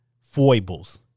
foibles